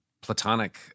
platonic